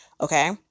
okay